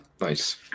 Nice